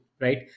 right